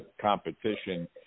competition